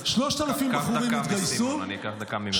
אז קח דקה מסימון, אני אקח דקה ממנו.